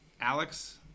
Alex